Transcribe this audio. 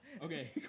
okay